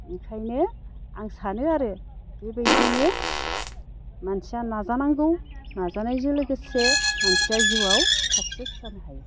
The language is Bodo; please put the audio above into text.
ओंखायनो आं सानो आरो बेबायदिनो मानसिया नाजानांगौ नाजानायजों लोगोसे मानसिया जिउआव साक्सेस जानो हायो